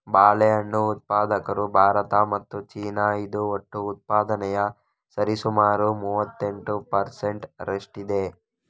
ಬಾಳೆಹಣ್ಣು ಉತ್ಪಾದಕರು ಭಾರತ ಮತ್ತು ಚೀನಾ, ಇದು ಒಟ್ಟು ಉತ್ಪಾದನೆಯ ಸರಿಸುಮಾರು ಮೂವತ್ತೆಂಟು ಪರ್ ಸೆಂಟ್ ರಷ್ಟಿದೆ